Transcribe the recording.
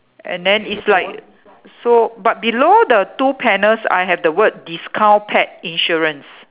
and then it's like so but below the two panels I have the word discount pet insurance